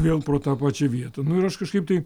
vėl pro tą pačią vietą nu ir aš kažkaip tai